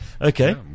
Okay